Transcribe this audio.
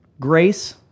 Grace